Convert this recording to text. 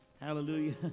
Hallelujah